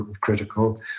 critical